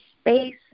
space